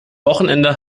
wochenende